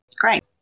great